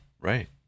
Right